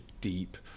deep